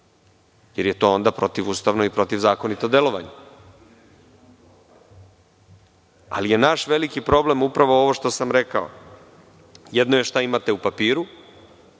jer je to onda protivustavno i protivzakonito delovanje. Ali je naš veliki problem upravo ovo što sam rekao. Jedno je šta imate na papiru,